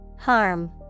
Harm